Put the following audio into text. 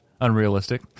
unrealistic